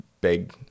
big